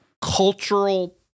cultural